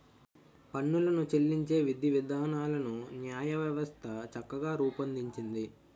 పన్నులు చెల్లించే విధివిధానాలను న్యాయవ్యవస్థ చక్కగా రూపొందించింది